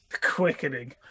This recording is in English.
quickening